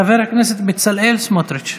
חבר הכנסת בצלאל סמוטריץ'.